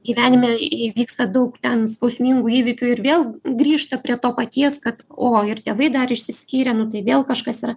gyvenime įvyksta daug ten skausmingų įvykių ir vėl grįžta prie to paties kad o ir tėvai dar išsiskyrė nu tai vėl kažkas yra